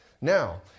Now